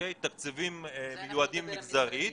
תקציבים מיועדים מגזרית,